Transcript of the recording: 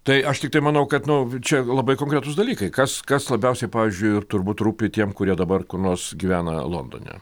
tai aš tiktai manau kad nu čia labai konkretūs dalykai kas kas labiausiai pavyzdžiui ir turbūt rūpi tiem kurie dabar kur nors gyvena londone